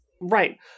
Right